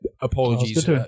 apologies